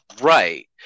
Right